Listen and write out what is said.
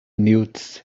newts